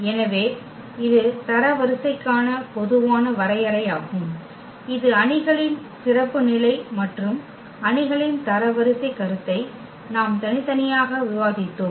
எனவே இது தரவரிசைக்கான பொதுவான வரையறையாகும் இது அணிகளின் சிறப்பு நிலை மற்றும் அணிகளின் தரவரிசைக் கருத்தை நாம் தனித்தனியாக விவாதித்தோம்